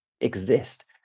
exist